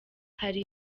hari